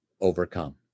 overcome